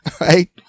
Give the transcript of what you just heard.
right